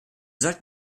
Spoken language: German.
sollten